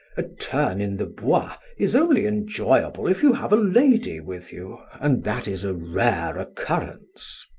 a turn in the bois is only enjoyable if you have a lady with you, and that is a rare occurrence.